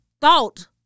thought